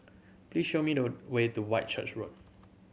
please show me the way to Whitchurch Road